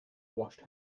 washed